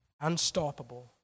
unstoppable